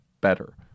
better